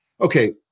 okay